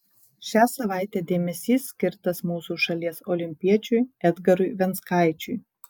šią savaitę dėmesys skirtas mūsų šalies olimpiečiui edgarui venckaičiui